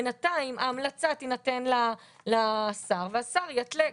בינתיים ההמלצה תינתן לשר והשר יתלה,